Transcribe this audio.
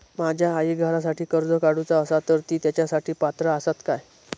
माझ्या आईक घरासाठी कर्ज काढूचा असा तर ती तेच्यासाठी पात्र असात काय?